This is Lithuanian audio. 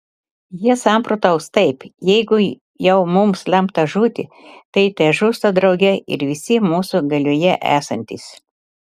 jie samprotaus taip jeigu jau mums lemta žūti tai težūsta drauge ir visi mūsų galioje esantys